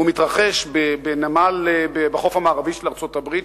ומתרחש בחוף המערבי של ארצות-הברית,